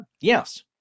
Yes